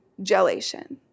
gelation